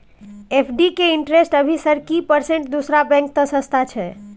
FD के interest अभी sir की परसेंट दूसरा बैंक त सस्ता छः?